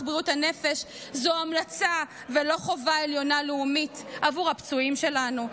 בריאות הנפש זו המלצה ולא חובה עליונה לאומית עבור הפצועים שלנו,